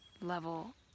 level